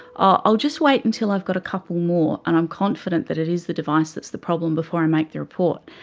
i'll i'll just wait until i've got a couple more and i'm confident that it is the device that's the problem before i make the report',